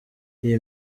iyi